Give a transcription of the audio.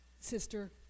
sister